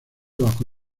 bajo